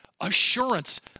assurance